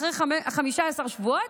אחרי 15 שבועות,